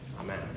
Amen